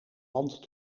land